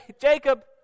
Jacob